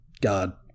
God